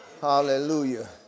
Hallelujah